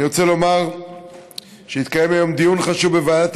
אני רוצה לומר שהתקיים היום דיון חשוב בוועדת